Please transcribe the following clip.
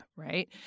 Right